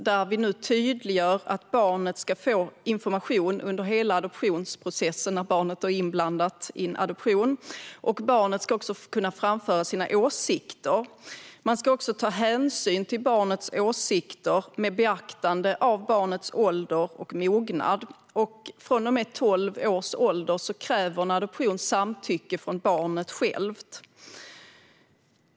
Vi tydliggör nu att barnet ska få information under hela adoptionsprocessen när barnet är inblandat i en adoption. Barnet ska också kunna framföra sina åsikter. Man ska även ta hänsyn till barnets åsikter, med beaktande av barnets ålder och mognad. Från och med tolv års ålder kräver en adoption samtycke från barnet självt.